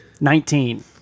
Nineteen